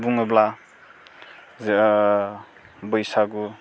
बुङोब्ला जो बैसागु